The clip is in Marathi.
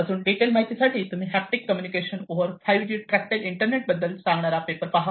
अजून डिटेल माहिती साठी तुम्ही haptic communication over 5G tactile internet बद्दल सांगणारा पेपर पहा